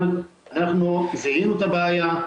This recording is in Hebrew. אבל אנחנו זיהינו את הבעיה,